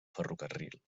ferrocarril